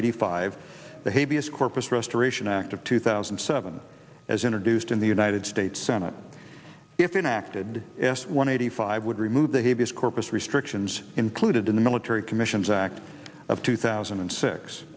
eighty five behaviors corpus restoration act of two thousand and seven as introduced in the united states senate if enacted s one eighty five would remove the habeas corpus restrictions included in the military commissions act of two thousand and six